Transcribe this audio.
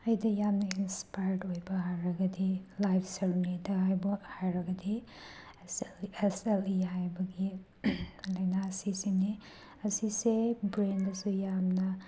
ꯑꯩꯗ ꯌꯥꯝꯅ ꯏꯟꯁꯄꯥꯌꯔꯠ ꯑꯣꯏꯕ ꯍꯥꯏꯔꯒꯗꯤ ꯂꯥꯏꯞ ꯁꯦꯂꯨꯅꯤꯗ ꯍꯥꯏꯕ ꯍꯥꯏꯔꯒꯗꯤ ꯑꯦꯁ ꯑꯦꯜ ꯏ ꯍꯥꯏꯕꯒꯤ ꯂꯥꯏꯅꯥꯁꯤ ꯁꯤꯁꯤꯅꯤ ꯑꯁꯤꯁꯦ ꯕ꯭ꯔꯦꯟꯗꯁꯨ ꯌꯥꯝꯅ